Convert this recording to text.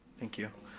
thank you.